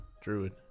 druid